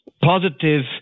positive